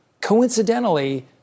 Coincidentally